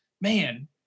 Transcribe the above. man